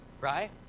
right